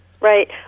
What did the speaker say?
Right